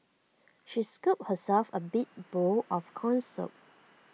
she scooped herself A big bowl of Corn Soup